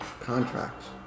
contracts